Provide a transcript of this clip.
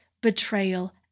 betrayal